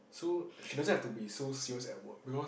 so she doesn't have to be so serious at work because